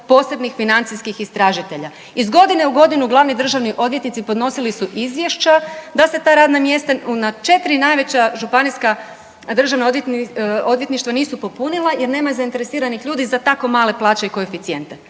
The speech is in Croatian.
posebnih financijskih istražitelja. Iz godine u godinu glavni državni odvjetnici podnosili su izvješća da se ta radna mjesta na četiri najveća županijska državna odvjetništva nisu popunila jer nema zainteresiranih ljudi za tako male plaće i koeficijente.